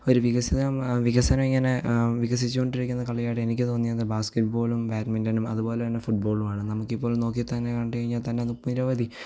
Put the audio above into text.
O വികസിതം വികസനം ഇങ്ങനെ വികസിച്ചു കൊണ്ടിരിക്കുന്ന കളിയായി എനിക്ക് തോന്നിയത് ബാസ്കറ്റ് ബോളും ബാട്മിൻടണും അതുപോലെ തന്നെ ഫുട്ബോളുമാണ് നമുക്കിപ്പോൾ നോക്കിയാൽ തന്നെ കണ്ടു കഴിഞ്ഞാൽ തന്നെ നിരവധി